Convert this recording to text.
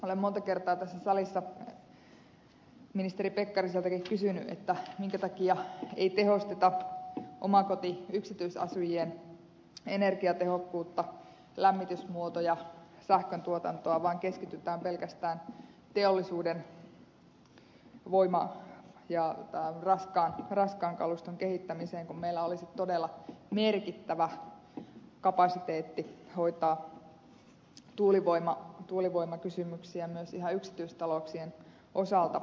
olen monta kertaa tässä salissa ministeri pekkariseltakin kysynyt minkä takia ei tehosteta omakotiyksityisasujien energiatehokkuutta lämmitysmuotoja sähköntuotantoa vaan keskitytään pelkästään teollisuuden voima ja raskaan kaluston kehittämiseen kun meillä olisi todella merkittävä kapasiteetti hoitaa tuulivoimakysymyksiä myös ihan yksityistalouksien osalta